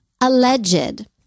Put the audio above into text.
Alleged